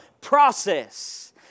process